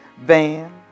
van